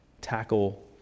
tackle